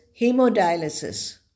hemodialysis